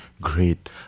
great